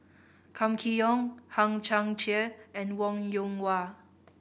Kam Kee Yong Hang Chang Chieh and Wong Yoon Wah